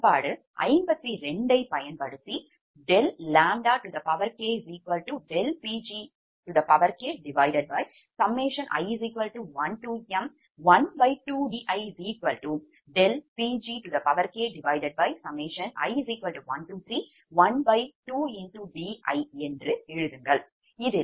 எனவே சமன்பாடு 52 ஐப் பயன்படுத்தி ∆ʎK∆PgKi1m12di∆PgKi1312di என்ற எழுதுங்கள்